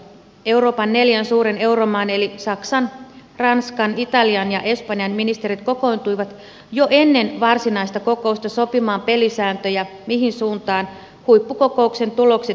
euroopan neljän suuren euromaan eli saksan ranskan italian ja espanjan ministerit kokoontuivat jo ennen varsinaista kokousta sopimaan pelisääntöjä mihin suuntaan huippukokouksen tulokset pitää viedä